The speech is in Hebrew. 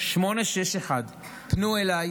050-2222861. פנו אליי